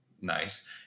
nice